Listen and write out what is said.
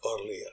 earlier